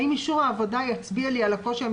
האם אישור העבודה יצביע לי על הקושי?